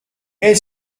est